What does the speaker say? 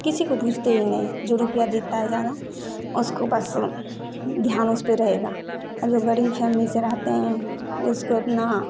किसी को पूछते ही नहीं जो रुपया देता है ज़्यादा उसको बस ध्यान उसपे रहेगा और जो गरीब फैमली से रहते हैं उसको अपना